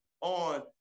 on